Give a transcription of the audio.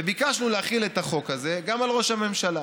וביקשנו להחיל את החוק הזה גם על ראש הממשלה.